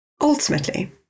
Ultimately